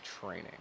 training